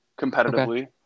competitively